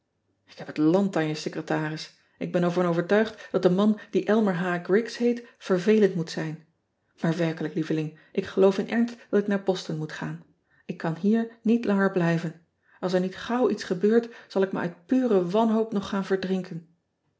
k heb het land aan je secretaris k ben er van overtuigd dat een man die lmer riggs heet vervelend moot zijn aar werkelijk lieveling ik geloof in ernst dat ik naar oston moet gaan k kan hier niet langer blijven ls er niet gauw iets gebeurt zal ik me uit pure wanhoop nog gaan verdrinken